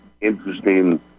interesting